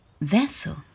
vessel